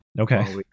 okay